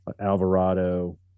Alvarado